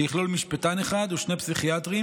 שיכלול משפטן אחד ושני פסיכיאטרים.